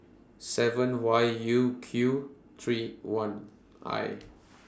seven Y U Q three one I